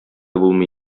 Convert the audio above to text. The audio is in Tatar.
булмый